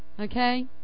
okay